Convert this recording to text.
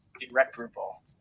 irreparable